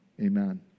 Amen